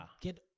get